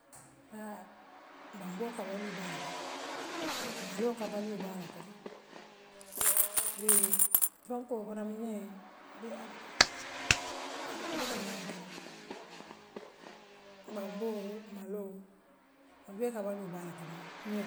haa bamboo ka baluu baa le kono maloo ka baluu baa le kono finkoo badami ňee bi a bi wool dammaalu teŋ bamboo, maaloo wool bee ka baluule baa la kono.